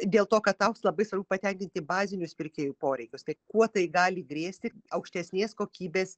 dėl to kad tau labai svarbu patenkinti bazinius pirkėjų poreikius tai kuo tai gali grėsti aukštesnės kokybės